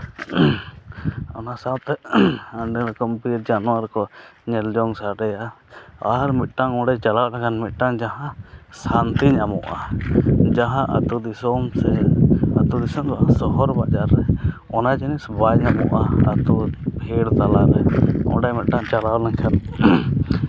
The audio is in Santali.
ᱚᱱᱟ ᱥᱟᱶᱛᱮ ᱟᱹᱰᱤ ᱨᱚᱠᱚᱢ ᱵᱤᱨ ᱡᱟᱱᱣᱟᱨ ᱠᱚ ᱧᱮᱞᱡᱚᱝ ᱥᱟᱰᱮᱭᱟ ᱟᱨ ᱢᱤᱫᱴᱟᱝ ᱚᱸᱰᱮ ᱪᱟᱞᱟᱣ ᱞᱮᱱᱠᱷᱟᱱ ᱢᱤᱫᱴᱟᱱ ᱡᱟᱦᱟᱸ ᱥᱟᱱᱛᱤ ᱧᱟᱢᱚᱜᱼᱟ ᱡᱟᱦᱟᱸ ᱟᱹᱛᱩ ᱫᱤᱥᱚᱢ ᱥᱮ ᱟᱹᱛᱩ ᱫᱤᱥᱚᱢ ᱫᱚ ᱵᱟᱝ ᱥᱚᱦᱚᱨ ᱵᱟᱡᱟᱨ ᱨᱮ ᱚᱱᱟ ᱡᱤᱱᱤᱥ ᱵᱟᱭ ᱧᱟᱢᱚᱜᱼᱟ ᱟᱹᱛᱩ ᱵᱷᱤᱲ ᱛᱟᱞᱟᱨᱮ ᱚᱸᱰᱮ ᱢᱤᱫᱴᱟᱱ ᱪᱟᱞᱟᱣ ᱞᱮᱱᱠᱷᱟᱱ